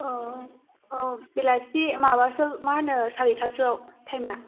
औ औ बेलासि माबासो मा होनो सारिथासोआव टाइमआ